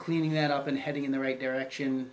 cleaning that up and heading in the right direction